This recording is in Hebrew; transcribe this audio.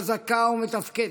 חזקה ומתפקדת,